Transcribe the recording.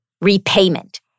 repayment